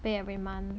pay every month